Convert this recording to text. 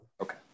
Okay